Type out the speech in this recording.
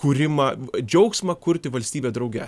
kūrimą džiaugsmą kurti valstybę drauge